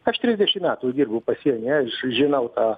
aš trisdešim metų dirbu pasienyje aš žinau tą